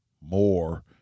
more